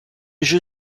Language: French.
jeu